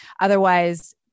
Otherwise